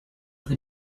they